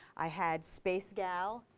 i had space gal,